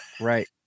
right